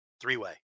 Three-way